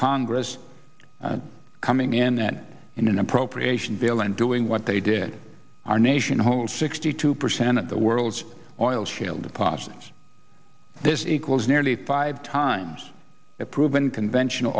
congress coming in that in an appropriation bill and doing what they did our nation hold sixty two percent of the world's oil shale deposits this includes nearly five times the proven conventional